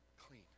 clean